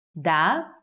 da